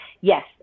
yes